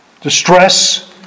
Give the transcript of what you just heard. distress